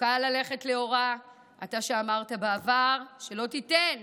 חוקה ללכת לאורה, אתה שאמרת בעבר שלא תיתן